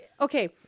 okay